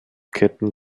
ketten